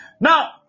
Now